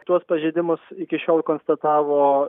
tuos pažeidimus iki šiol konstatavo